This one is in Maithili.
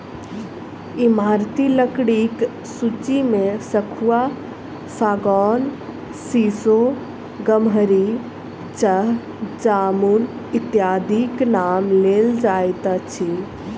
ईमारती लकड़ीक सूची मे सखुआ, सागौन, सीसो, गमहरि, चह, जामुन इत्यादिक नाम लेल जाइत अछि